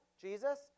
Jesus